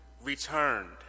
returned